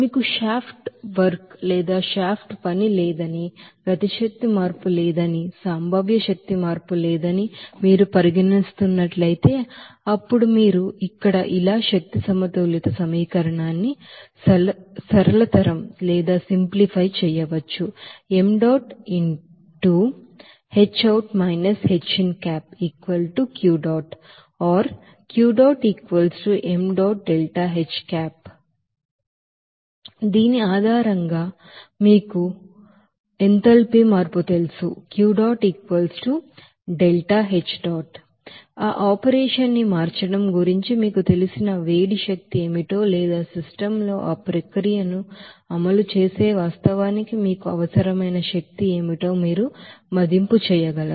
మీకు shaft work లేదని kinetic energy change లేదని పొటెన్షియల్ ఎనర్జీ చేంజ్ లేదని మీరు పరిగణిస్తున్నట్లయితే అప్పుడు మీరు ఇక్కడ ఇలా ఎనర్జీ బాలన్స్ ఈక్వేషన్ న్ని సరళతరం చేయవచ్చు దీని ఆధారంగా మీకు ఎంథాల్పీ చేంజ్ తెలుసు ఆ ఆపరేషన్ ని మార్చడం గురించి మీకు తెలిసిన హీట్ ఎనర్జీ ఏమిటో లేదా సిస్టమ్ లో ఆ ప్రక్రియను అమలు చేసే వాస్తవానికి మీకు అవసరమైన ఎనర్జీ ఏమిటో మీరు మదింపు చేయగలరు